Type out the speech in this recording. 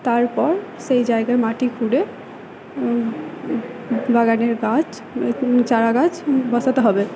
তারপর সেই জায়গায় মাটি খুঁড়ে বাগানের গাছ চারা গাছ বসাতে হবে